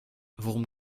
worum